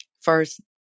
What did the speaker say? First